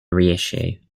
reissue